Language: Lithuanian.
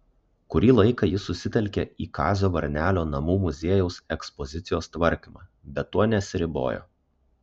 kurį laiką ji susitelkė į kazio varnelio namų muziejaus ekspozicijos tvarkymą bet tuo nesiribojo